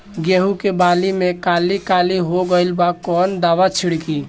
गेहूं के बाली में काली काली हो गइल बा कवन दावा छिड़कि?